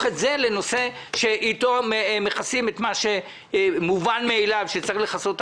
את זה לנושא שאיתו מכסים את מה שמובן מאליו שצריך לכסות,